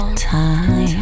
time